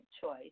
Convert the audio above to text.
choice